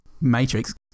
Matrix